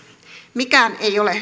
mikään ei ole